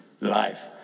life